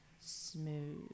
smooth